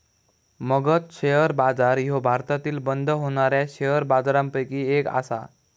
Magadh share बाजार ह्यो भारतातील बंद होणाऱ्या शेअर बाजारपैकी एक आसा